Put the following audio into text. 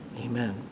Amen